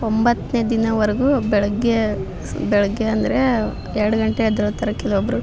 ಒಂಬತ್ತನೇ ದಿನವರೆಗೂ ಬೆಳಗ್ಗೆ ಬೆಳಗ್ಗೆ ಅಂದರೆ ಎರಡು ಗಂಟೆಗೆ ಎದ್ದೇಳ್ತಾರೆ ಕೆಲವೊಬ್ಬರು